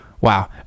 wow